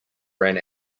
ran